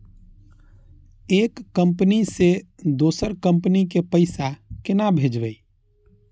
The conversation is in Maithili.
एक कंपनी से दोसर कंपनी के पैसा केना भेजये?